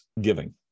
giving